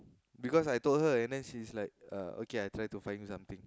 because I told her and then she's like uh okay I try to find something